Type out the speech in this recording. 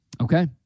okay